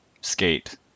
skate